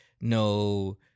no